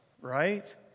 right